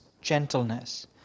gentleness